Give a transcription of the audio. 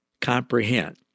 comprehend